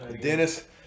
Dennis